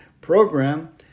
program